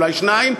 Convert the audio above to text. אולי שניים.